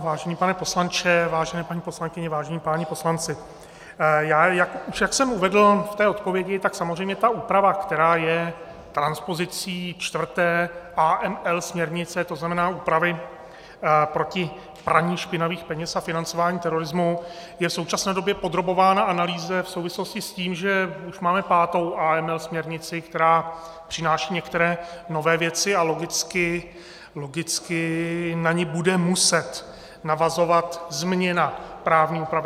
Vážený pane poslanče, vážené paní poslankyně, vážení páni poslanci, už jak jsem uvedl v té odpovědi, tak samozřejmě ta úprava, která je transpozicí 4. AML směrnice, to znamená úpravy proti praní špinavých peněz a financování terorismu, je v současné době podrobována analýze v souvislosti s tím, že už mám 5. AML směrnici, která přináší některé nové věci, a logicky na ni bude muset navazovat změna právní úpravy.